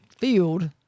field